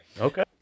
Okay